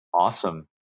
Awesome